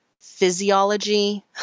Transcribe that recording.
physiology